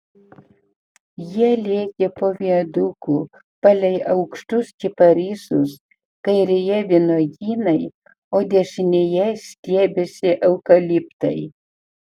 jie lėkė po viaduku palei aukštus kiparisus kairėje vynuogynai o dešinėje stiebėsi eukaliptai